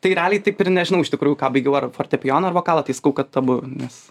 taip realiai taip ir nežinau iš tikrųjų ką baigiau ar fortepijoną ar vokalą tai sakau kad abu nes